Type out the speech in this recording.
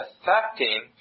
affecting